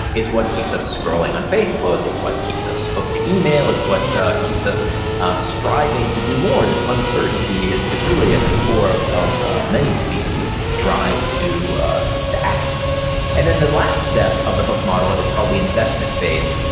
is what keeps us scrolling on facebook, it's what keeps us hooked to email, it's what keeps us striving to do more. this uncertainty is is really at the core of of many species drive to to act and then the last step of the hook model is called the investment phase.